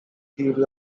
theory